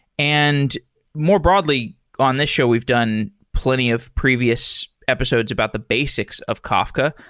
and more broadly on this show, we've done plenty of previous episodes about the basics of kafka.